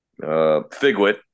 Figwit